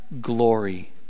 glory